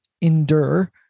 endure